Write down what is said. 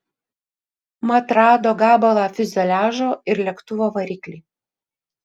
mat rado gabalą fiuzeliažo ir lėktuvo variklį